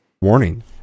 Warning